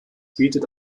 bieten